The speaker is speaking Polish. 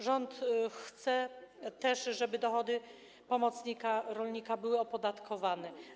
Rząd chce też, żeby dochody pomocnika rolnika były opodatkowane.